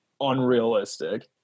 unrealistic